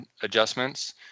adjustments